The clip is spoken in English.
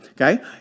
Okay